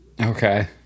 okay